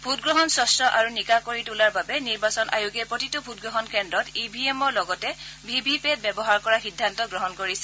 ভোটগ্ৰহণ স্বছ আৰু নিকা কৰি তোলাৰ বাবে নিৰ্বাচন আয়োগে প্ৰতিটো ভোটগ্ৰহণ কেন্দ্ৰত ইভিএমৰ লগতে ভিভিপেট ব্যৱহাৰ কৰাৰ সিদ্ধান্ত গ্ৰহণ কৰিছে